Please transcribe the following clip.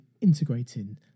integrating